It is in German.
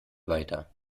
weiter